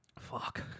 Fuck